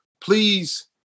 Please